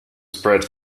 spread